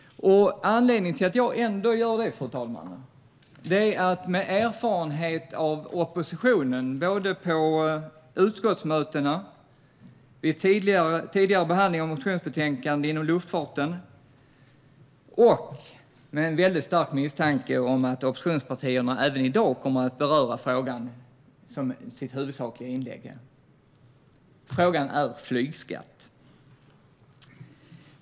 Anledningen till att jag ändå gör det, fru talman, är min erfarenhet av oppositionen - både på utskottsmötena och vid tidigare behandling av motionsbetänkanden inom luftfarten - och en väldigt stark misstanke om att oppositionspartierna även i dag kommer att beröra frågan som sitt huvudsakliga inlägg. Frågan är flygskatt.